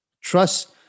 Trust